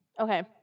Okay